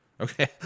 okay